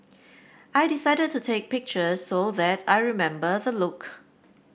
I decided to take pictures so that I remember the look